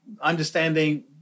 understanding